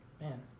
Man